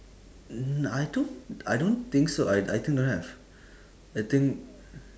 mm I don't I don't think so I I think don't have I think